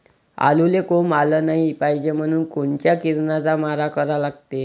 आलूले कोंब आलं नाई पायजे म्हनून कोनच्या किरनाचा मारा करा लागते?